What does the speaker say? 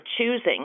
choosing